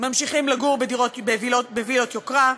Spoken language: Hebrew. ממשיכים לגור בווילות יוקרה,